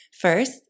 First